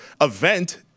event